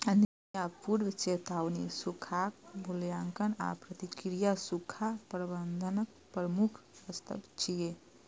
निगरानी आ पूर्व चेतावनी, सूखाक मूल्यांकन आ प्रतिक्रिया सूखा प्रबंधनक प्रमुख स्तंभ छियै